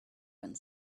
wind